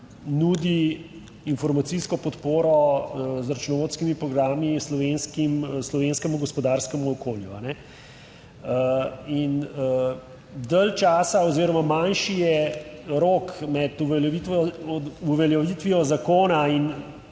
nudi informacijsko podporo z računovodskimi programi slovenskim, slovenskemu gospodarskemu okolju. In dalj časa oziroma manjši je rok med uveljavitvijo zakona in